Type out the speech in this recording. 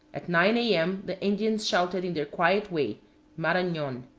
at nine a m. the indians shouted in their quiet way maranon!